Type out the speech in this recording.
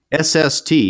SST